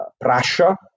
Prussia